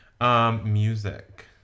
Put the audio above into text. Music